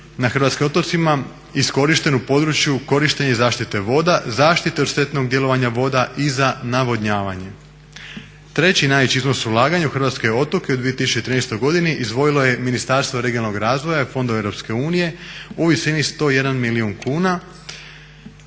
na hrvatskim otocima iskorišten u području korištenja i zaštite voda, zaštite od štetnog djelovanja voda i za navodnjavanje. Treći najveći iznos ulaganja u hrvatske otoke u 2013. godini izdvojilo je Ministarstvo regionalnog razvoja i fondova Europske unije u visini 101 milijun kuna,